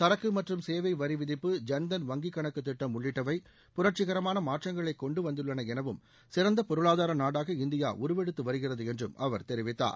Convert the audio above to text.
சரக்கு மற்றும் சேவை வரிவிதிப்பு ஜன்தன் வங்கிக் கணக்கு திட்டம் உள்ளிட்டவை புரட்சிகரமான மாற்றங்களை கொண்டுவந்துள்ளன எனவும் சிறந்த பொருளாதார நாடாக இந்தியா உருவெடுத்து வருகிறது என்றும் அவர் தெரிவித்தார்